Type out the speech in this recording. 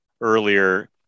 earlier